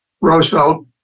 Roosevelt